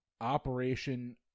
Operation